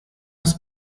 das